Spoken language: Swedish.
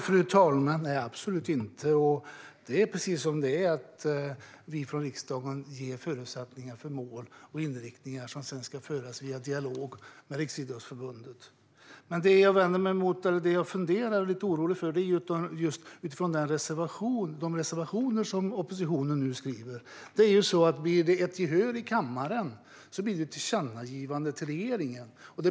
Fru talman! Nej, det är det absolut inte. Det är precis på det sättet att riksdagen ger förutsättningar för mål och inriktningar som sedan ska föras vidare via dialog med Riksidrottsförbundet. Det som jag funderar på och är lite orolig över är oppositionens reservationer. Gehör för dem i kammaren leder till ett tillkännagivande till regeringen.